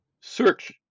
search